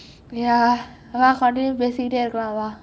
ya okay வா:vaa continue பேசிக்கிட்டே இருக்கலாம் வா:pesikittei irukkalam vaa